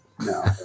no